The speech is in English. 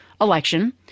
election